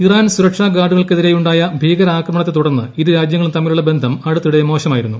Iran സുരക്ഷാ ഗാർഡുകൾക്കെതിരെയുണ്ടായ ഭീകരാക്രമണത്തെ തുടർന്ന് ഇരു രാജ്യങ്ങളും തമ്മിലുള്ള ബന്ധം അടുത്തിടെ മോശമായിരുന്നു